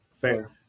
fair